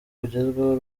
bugezweho